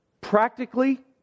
Practically